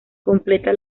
completa